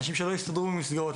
אלה אנשים שלא הסתדרו עם מסגרות,